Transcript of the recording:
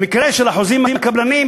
במקרה של החוזים עם הקבלנים,